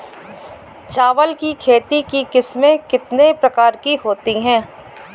चावल की खेती की किस्में कितने प्रकार की होती हैं?